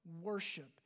worship